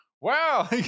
wow